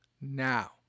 now